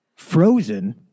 frozen